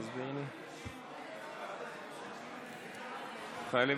עוברים לנושא הבא, הצעת חוק קליטת חיילים